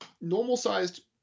normal-sized